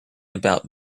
about